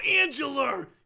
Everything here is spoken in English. Angela